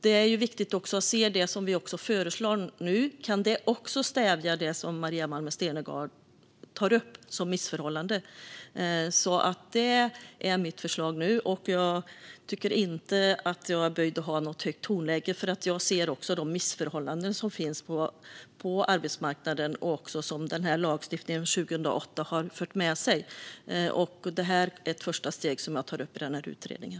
Det är därför viktigt att se om det vi nu föreslår även kan stävja det som Maria Malmer Stenergard tar upp som ett missförhållande. Det är alltså mitt förslag nu, och jag tycker inte att jag är böjd att ha ett högt tonläge. Jag ser nämligen också de missförhållanden som finns på arbetsmarknaden och som lagstiftningen från 2008 har fört med sig. Detta är ett första steg som tas upp i utredningen.